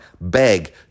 beg